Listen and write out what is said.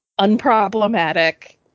unproblematic